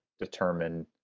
determine